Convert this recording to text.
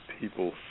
people